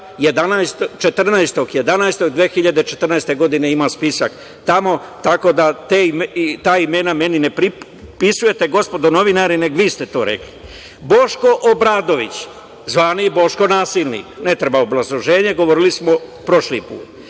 14. 11. 2014. godine, ima spisak tamo, tako da ta imena meni ne prepisujete, gospodo novinari, Boško Obradović, zvani "Boško nasilnik", ne treba obrazloženje, govorili smo prošli put,